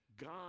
God